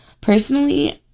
Personally